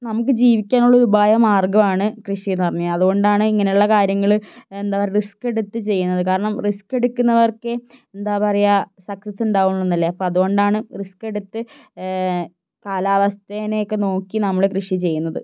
നമുക്ക് ജീവിക്കാനുള്ളൊരു ഉപായമാർഗ്ഗമാണ് കൃഷിയെന്ന് പറഞ്ഞത് അതുകൊണ്ടാണ് ഇങ്ങനെയുള്ള കാര്യങ്ങള് എന്താണ് റിസ്ക് എടുത്ത് ചെയ്യുന്നത് കാരണം റിസ്ക് എടുക്കുന്നവര്ക്കേ എന്താണ് പറയുക സക്സസ് ഉണ്ടാവുകയുള്ളൂവെന്നല്ലേ അപ്പോള് അതുകൊണ്ടാണ് റിസ്ക് എടുത്ത് കാലാവസ്ഥയൊക്കെ നോക്കി നമ്മള് കൃഷി ചെയ്യുന്നത്